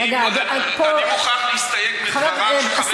רגע, עד פה, אני מוכרח להסתייג מדבריו של, השר